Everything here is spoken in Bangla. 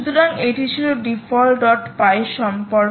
সুতরাং এটা ছিল ডিফল্টপাই defaultpy সম্পর্কে